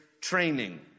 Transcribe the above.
training